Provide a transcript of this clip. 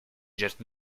just